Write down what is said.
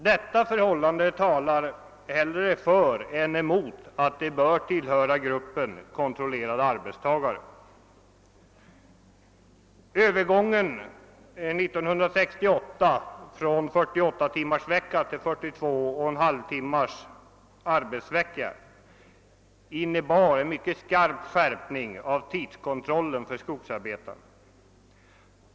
Detta förhållande talar snarare för än emot att de bör tillhöra gruppen kontrollerade arbetstagare. Övergången 1968 från 435 timmars arbetsvecka till 42,5 timmars arbetsvecka medförde en mycket skarp skärpning av tidskontrollen för skogsarbetarna.